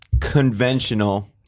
conventional